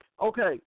Okay